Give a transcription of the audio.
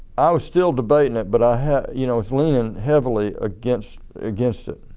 i was still debating it but i had you know i was leaning heavily against against it.